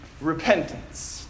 repentance